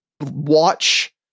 watch